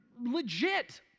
legit